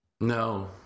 No